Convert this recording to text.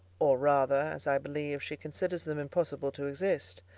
or rather, as i believe, she considers them impossible to exist.